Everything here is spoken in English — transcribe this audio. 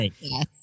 yes